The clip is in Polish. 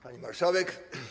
Pani Marszałek!